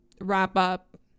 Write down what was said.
wrap-up